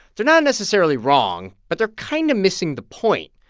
they're not necessarily wrong, but they're kind of missing the point.